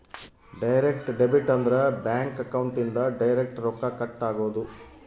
direct debit ಅಂದ್ರ bank account ಇಂದ direct ರೊಕ್ಕ ಕಟ್ ಆಗೋದು